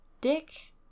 Dick